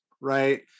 Right